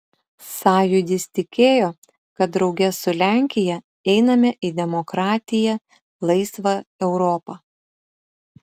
sąjūdis tikėjo kad drauge su lenkija einame į demokratiją laisvą europą